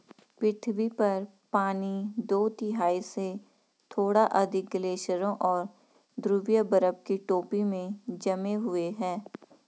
पृथ्वी पर पानी दो तिहाई से थोड़ा अधिक ग्लेशियरों और ध्रुवीय बर्फ की टोपी में जमे हुए है